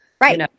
Right